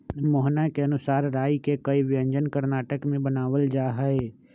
मोहना के अनुसार राई के कई व्यंजन कर्नाटक में बनावल जाहई